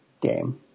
game